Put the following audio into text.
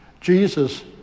Jesus